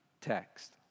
text